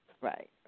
right